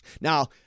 Now